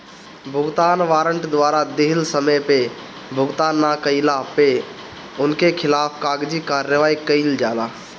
भुगतान वारंट द्वारा दिहल समय पअ भुगतान ना कइला पअ उनकी खिलाफ़ कागजी कार्यवाही कईल जाला